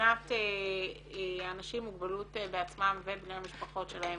מבחינת אנשים עם מוגבלות בעצמם ובני המשפחות שלהם,